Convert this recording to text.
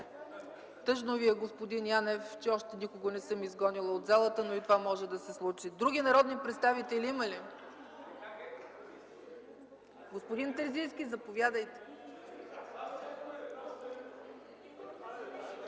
Тъжно Ви е, господин Янев, че още никого не съм изгонила от залата, но и това може да се случи! Други народни представители, има ли? Господин Терзийски, заповядайте.